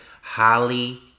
Holly